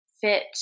fit